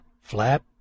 flap